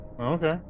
Okay